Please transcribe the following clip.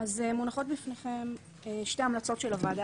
מונחות בפניכם שתי המלצות של הוועדה